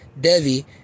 Devi